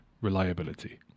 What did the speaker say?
reliability